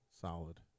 Solid